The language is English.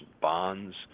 bonds